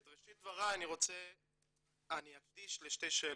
את ראשית דבריי אני אקדיש לשתי שאלות.